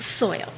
Soil